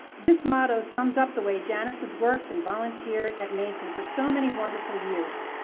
this motto sums up the way janice has worked and volunteered at mason for so many wonderful years.